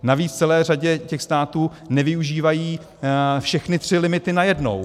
Navíc v celé řadě států nevyužívají všechny tři limity najednou.